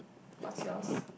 what's yours